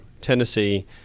Tennessee